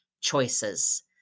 choices